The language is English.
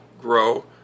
grow